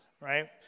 right